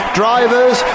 drivers